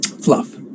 fluff